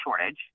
shortage